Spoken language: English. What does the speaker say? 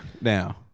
now